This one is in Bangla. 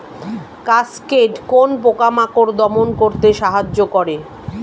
কাসকেড কোন পোকা মাকড় দমন করতে সাহায্য করে?